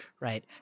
right